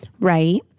right